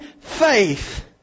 faith